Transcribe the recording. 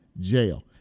jail